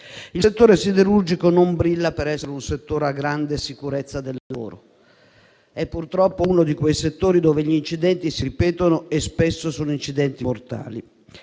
Il settore siderurgico non brilla per essere un comparto a grande sicurezza del lavoro; è purtroppo uno di quei settori dove gli incidenti si ripetono, e spesso sono mortali.